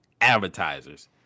advertisers